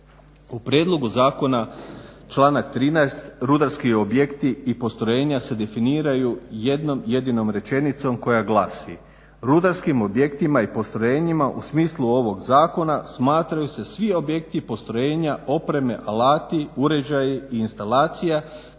U prijedlogu zakona članak 13. Rudarski objekti i postrojenja se definiraju jednom jedinom rečenicom koja glasi: "Rudarskim objektima i postrojenjima u smislu ovog zakona smatraju se svi objekti i postrojenja, opreme, alati, uređaji i instalacije